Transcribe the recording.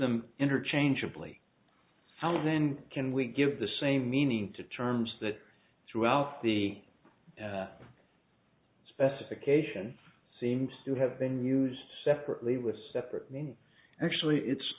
them interchangeably how then can we give the same meaning to terms that throughout the specification seems to have been used separately with separate meaning actually it's